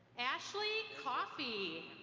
ashley coffee.